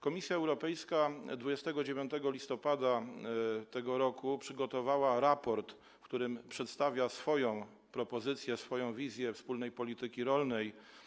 Komisja Europejska 29 listopada tego roku przygotowała raport, w którym przedstawiła swoją propozycję, swoją wizję wspólnej polityki rolnej.